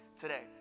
today